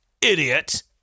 idiot